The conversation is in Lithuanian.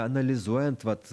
analizuojant vat